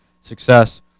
success